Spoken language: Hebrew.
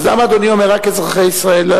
אז למה אדוני אומר רק אזרחי ישראל?